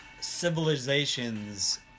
Civilizations